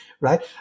right